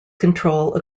control